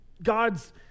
God's